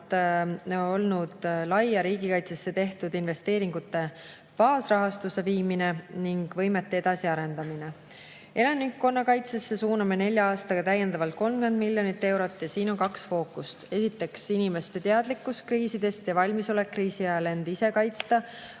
laia riigikaitsesse tehtud investeeringute baasrahastusse viimine ning võimete edasiarendamine. Elanikkonnakaitsesse suuname nelja aastaga täiendavalt 30 miljonit eurot. Siin on kaks fookust. Esiteks, inimeste teadlikkus kriisidest ja valmisolek kriisi ajal end ise kaitsta: